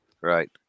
right